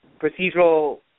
procedural